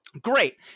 Great